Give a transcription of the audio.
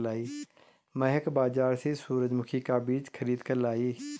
महक बाजार से सूरजमुखी का बीज खरीद कर लाई